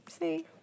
See